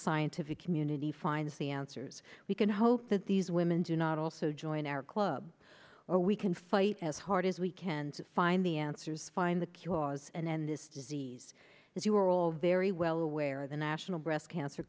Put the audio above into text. scientific community finds the answers we can hope that these women do not also join our club or we can fight as hard as we can to find the answers find the cure was and end this disease as you are all very well aware the national breast cancer